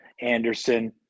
Anderson